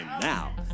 Now